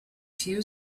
few